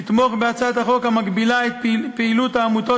לתמוך בהצעת החוק המגבילה את פעילות העמותות